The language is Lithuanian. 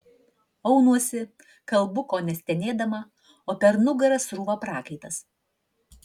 aunuosi kalbu kone stenėdama o per nugarą srūva prakaitas